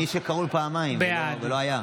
זה מי שקראו לו פעמיים ולא היה.